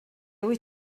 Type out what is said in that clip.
wyt